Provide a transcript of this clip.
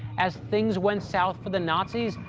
as things went south for the nazis,